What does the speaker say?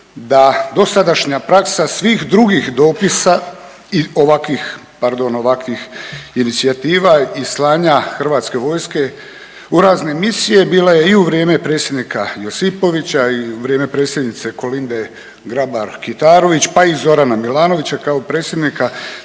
pardon ovakvih inicijativa i slanja Hrvatske vojske u razne misije bila je i u vrijeme predsjednika Josipovića i u vrijeme predsjednice Kolinde Grabar Kitarović, pa i Zorana Milanovića kao predsjednika.